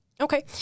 Okay